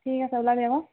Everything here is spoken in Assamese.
ঠিক আছে ওলাবি আকৌ